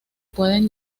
pueden